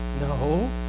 No